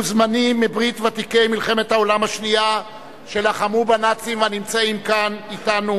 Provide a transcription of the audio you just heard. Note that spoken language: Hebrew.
מוזמנים מברית ותיקי מלחמת העולם השנייה שלחמו בנאצים ונמצאים כאן אתנו,